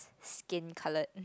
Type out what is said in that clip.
skin coloured